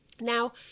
Now